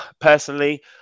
personally